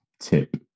tip